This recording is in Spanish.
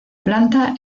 planta